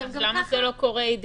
אז למה זה לא קורה?